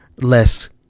less